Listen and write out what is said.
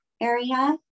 area